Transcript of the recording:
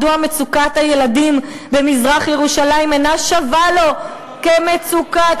מדוע מצוקת הילדים במזרח-ירושלים אינה שווה אצלו למצוקת,